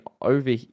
over